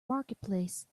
marketplace